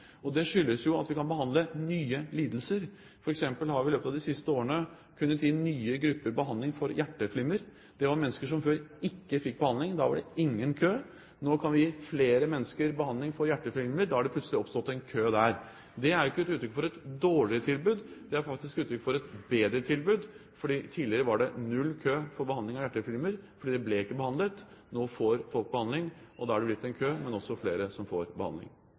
Det skyldes at vi kan behandle nye lidelser. For eksempel har vi i løpet av de siste årene kunnet gi nye grupper behandling, bl.a. dem med hjerteflimmer. Det er mennesker som før ikke fikk behandling. Da var det ingen kø. Nå kan vi gi mennesker behandling for hjerteflimmer. Da er det plutselig oppstått en kø der. Det er ikke et uttrykk for et dårligere tilbud; det er faktisk uttrykk for et bedre tilbud. Tidligere var det null kø når det gjelder behandling av hjerteflimmer, fordi de ikke ble behandlet. Nå får folk behandling, og da er det blitt en kø, men også flere som får behandling.